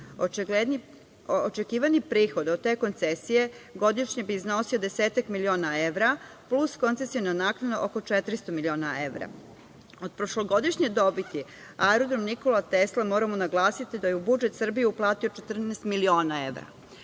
Očekivani prihod od te koncesije godišnje bi iznosio 10-ak miliona evra, plus koncesiona naknada oko 400 miliona evra. Od prošlogodišnje dobiti aerodrom Nikola Tesla, moramo naglasiti da je u budžet Srbije uplati 14 miliona